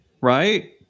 Right